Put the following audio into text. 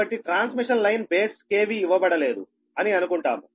కాబట్టి transmission line base KV ఇవ్వబడలేదు అని అనుకుంటాము